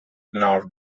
nerve